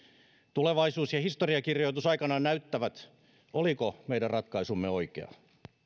tulevaisuus ja historiankirjoitus aikanaan näyttävät oliko meidän ratkaisumme oikea